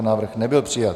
Návrh nebyl přijat.